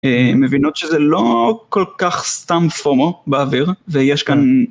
מבינות שזה לא כל כך סתם פומו באוויר ויש כאן.